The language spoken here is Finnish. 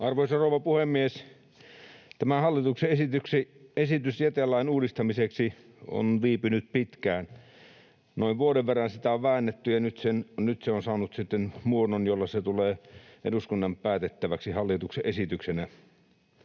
Arvoisa rouva puhemies! Tämä hallituksen esitys jätelain uudistamiseksi on viipynyt pitkään. Noin vuoden verran sitä on väännetty, ja nyt sitten se on saanut muodon, jolla se tulee eduskunnan päätettäväksi hallituksen esityksenä.